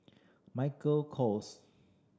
Michael Kors